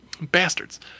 bastards